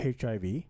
HIV